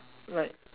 like